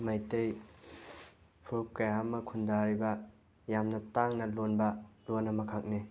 ꯃꯩꯇꯩ ꯐꯨꯔꯨꯞ ꯀꯌꯥ ꯑꯃ ꯈꯨꯟꯗꯥꯔꯤꯕ ꯌꯥꯝꯅ ꯇꯥꯡꯅ ꯂꯣꯟꯕ ꯂꯣꯟ ꯑꯃꯈꯛꯅꯤ